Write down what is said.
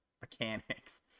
mechanics